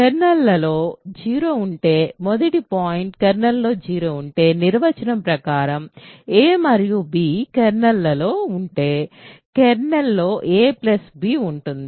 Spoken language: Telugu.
కెర్నల్లో 0 ఉంటే మొదటి పాయింట్ కెర్నల్లో 0 ఉంటే నిర్వచనం ప్రకారం a మరియు b కెర్నల్లో ఉంటే కెర్నల్లో a b ఉంటుంది